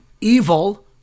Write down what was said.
evil